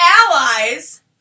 allies